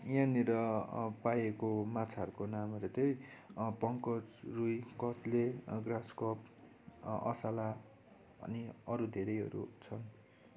यहाँनिर पाइएको माछाहरूको नामहरू चाहिँ पङ्कज रुई कतले ग्रास कर्ब असला अनि अरू धेरैहरू हुन्छ